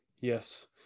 Yes